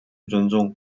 尊重